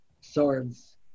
swords